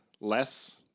less